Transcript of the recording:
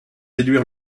déduire